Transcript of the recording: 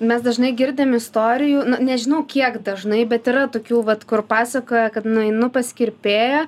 mes dažnai girdim istorijų nežinau kiek dažnai bet yra tokių vat kur pasakoja kad nueinu pas kirpėją